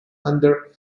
under